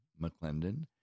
McClendon